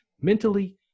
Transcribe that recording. mentally